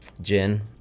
gin